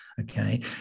Okay